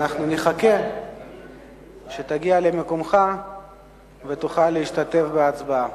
אנחנו נחכה שתגיע למקומך ותוכל להשתתף בהצבעה.